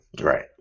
right